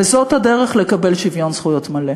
וזאת הדרך לקבל שוויון זכויות מלא.